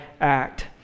act